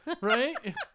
right